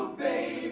they